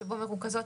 שבו מרוכזות